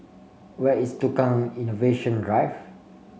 where is Tukang Innovation Drive